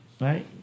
Right